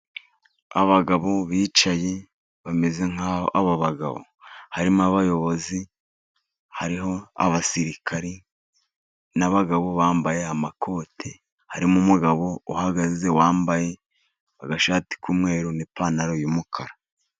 Abagabo bicaye, bameze nk'aho abo bagabo harimo abayobozi, hariho abasirikare, n'abagabo bambaye amakoti, harimo umugabo uhagaze wambaye agashati k'umweru , n'ipantaro y'umukara.